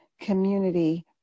community